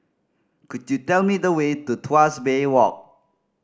could you tell me the way to Tuas Bay Walk